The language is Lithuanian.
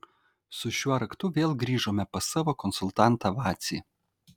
su šiuo raktu vėl grįžome pas savo konsultantą vacį